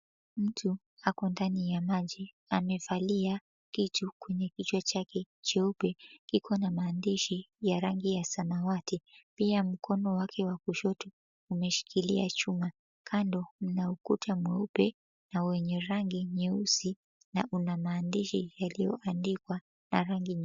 Mtu ako ndani ya maji ya maji amevalia kitu kwenye kichwa chake cheupe, kiko na maandishi ya rangi ya samawati. Pia mkono wake wa kushoto umeshikilia chuma. Kando mna ukuta mweupe na wenye rangi nyeusi na una maandishi yaliyoandikwa na rangi nyeupe.